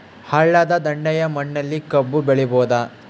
ಹಳ್ಳದ ದಂಡೆಯ ಮಣ್ಣಲ್ಲಿ ಕಬ್ಬು ಬೆಳಿಬೋದ?